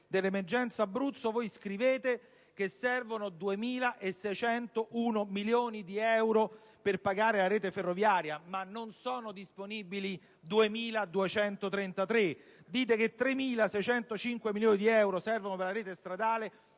per l'emergenza Abruzzo. Voi scrivete che servono 2.601 milioni di euro per pagare la rete ferroviaria, ma 2.223 non sono disponibili. Dite che 3.605 milioni di euro servono per la rete stradale